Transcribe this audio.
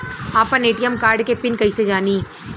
आपन ATM card के PIN कईसे जानी?